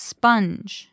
Sponge